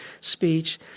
speech